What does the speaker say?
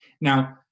Now